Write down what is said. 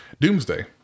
Doomsday